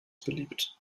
beliebt